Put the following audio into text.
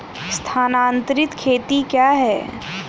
स्थानांतरित खेती क्या है?